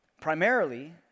primarily